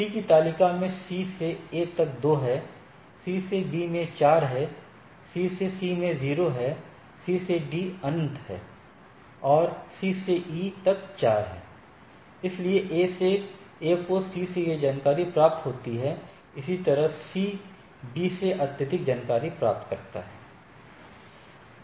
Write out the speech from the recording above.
C की तालिका में C से A तक 2 है C से B में 4 है C से C में 0 है C से D अनंत है और C से E तक 4 है इसलिए A को C से यह जानकारी प्राप्त होती है इसी तरह C B से आवधिक जानकारी प्राप्त करता है